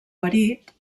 marit